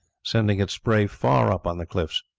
sending its spray far up on the cliffs.